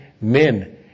men